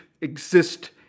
exist